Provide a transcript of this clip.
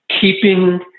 keeping